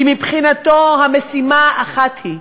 כי מבחינתו המשימה אחת היא: